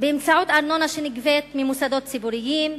באמצעות ארנונה שנגבית ממוסדות ציבוריים,